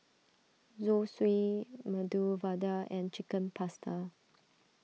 Zosui Medu Vada and Chicken Pasta